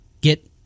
get